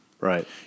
Right